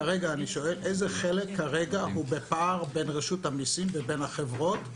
כרגע אני שואל איזה חלק הוא בפער בין רשות המיסים לבין החברות?